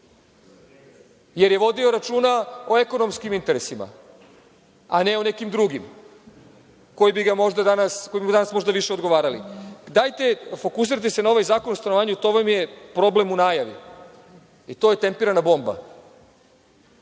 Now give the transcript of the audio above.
jer je vodio računa o ekonomskim interesima, a ne o nekim drugim, koji bi mu, možda, danas više odgovarali. Dajte, fokusirajte se na ovaj zakon o stanovanju. To vam je problem u najavi i tempirana bomba.